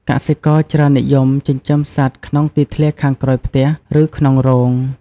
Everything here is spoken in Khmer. កសិករច្រើននិយមចិញ្ចឹមសត្វក្នុងទីធ្លាខាងក្រោយផ្ទះ ឬក្នុងរោង។